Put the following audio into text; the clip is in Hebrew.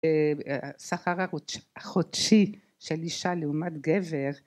השכר החודשי של אישה לעומת גבר